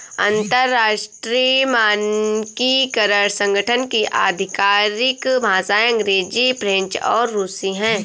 अंतर्राष्ट्रीय मानकीकरण संगठन की आधिकारिक भाषाएं अंग्रेजी फ्रेंच और रुसी हैं